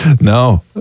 no